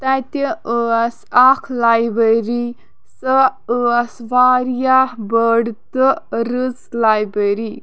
تَتہِ ٲسۍ اکھ لایبرٔری سۄ ٲسۍ واریاہ بٔڑ تہٕ رٕژ لایبرٔری